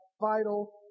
vital